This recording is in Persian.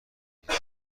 بگیرم